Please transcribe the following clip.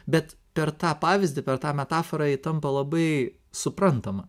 bet per tą pavyzdį per tą metaforą ji tampa labai suprantama